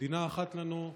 מדינה אחת לנו,